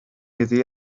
iddi